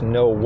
no